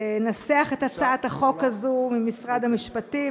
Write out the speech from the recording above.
לנסח את הצעת החוק הזאת: משרד המשפטים,